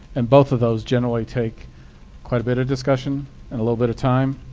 and both of those generally take quite a bit of discussion and a little bit of time.